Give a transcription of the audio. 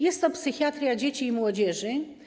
Jest to psychiatria dzieci i młodzieży.